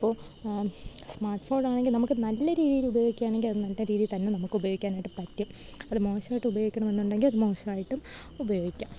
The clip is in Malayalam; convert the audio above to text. ഇപ്പോള് സ്മാർട്ട് ഫോണാണെങ്കില് നമുക്ക് നല്ല രീതിലുപയോഗിക്കാണെങ്കില് അത് നല്ല രീതി തന്നെ നമുക്കുപയോഗിക്കാനായിട്ട് പറ്റും അത് മോശമായിട്ടുപയോഗിക്കണമെന്നുണ്ടെങ്കിലത് മോശമായിട്ടും ഉപയോഗിക്കാം